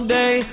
day